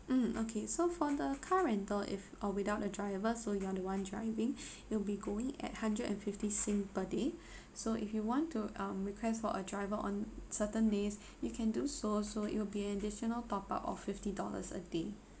mm okay so for the car rental if uh without the driver so you're the one who driving it'll be going at hundred and fifty sing per day so if you want to um request for a driver on certain days you can do so so it will be additional top-up of fifty dollars a day